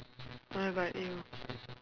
alright but you